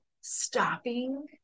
stopping